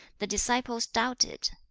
the disciples doubted.